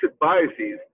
biases